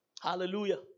Hallelujah